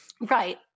Right